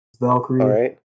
Valkyrie